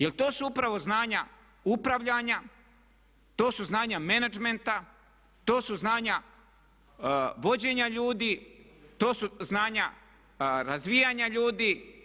Jer to su upravo znanja upravljanja, to su znanja menadžmenta, to su znanja vođenja ljudi, to su znanja razvijanja ljudi.